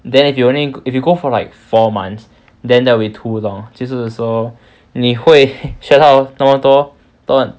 then if you only if you go for like four months then that will be too long 就是说你会学到那么多